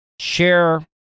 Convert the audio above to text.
Share